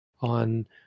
on